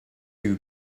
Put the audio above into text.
two